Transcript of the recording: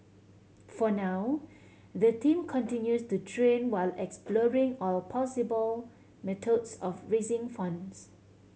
for now the team continues to train while exploring all possible methods of raising funds